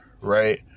Right